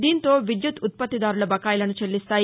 దీంతో విద్యుత్తు ఉత్పత్తిదారుల బకాయిలను చెల్లిస్తాయి